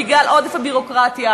בגלל עודף הביורוקרטיה,